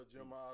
Jim